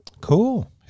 Cool